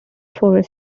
four